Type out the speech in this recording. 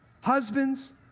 Husbands